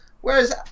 Whereas